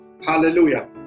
Hallelujah